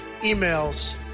emails